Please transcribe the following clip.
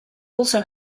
also